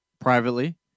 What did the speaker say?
privately